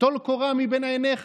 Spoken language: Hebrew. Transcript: טול קורה מבין עיניך.